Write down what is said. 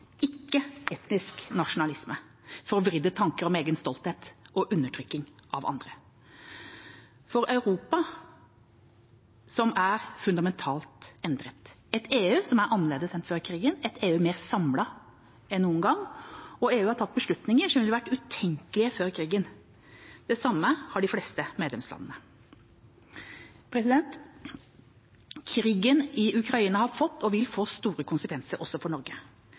ikke etnisk nasjonalisme, forvridde tanker om egen storhet og undertrykking av andre. Europa er fundamentalt endret. EU er annerledes enn før krigen, det er et EU som er mer samlet enn noen gang. EU har tatt beslutninger som ville vært utenkelige før krigen. Det samme har de fleste av medlemslandene. Krigen i Ukraina har fått og vil få store konsekvenser, også for Norge.